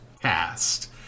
cast